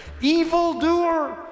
evildoer